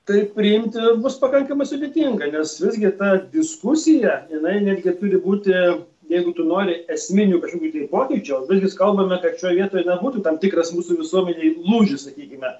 tai priimti bus pakankamai sudėtinga nes visgi ta diskusija jinai netgi turi būti jeigu tu nori esminių kažkokių tai pokyčių vis kalbame kad šioj vietoj na būtų tam tikras mūsų visuomenėj lūžis sakykime